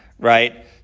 Right